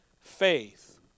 faith